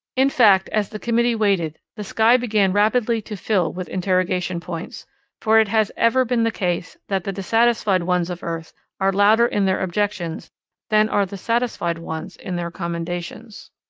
in fact, as the committee waited, the sky began rapidly to fill with interrogation points for it has ever been the case that the dissatisfied ones of earth are louder in their objections than are the satisfied ones in their commendations.